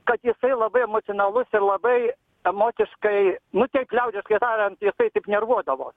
kad jisai labai emocionalus ir labai emociškai nu taip liaudiškai tariant jisai taip nervuodavos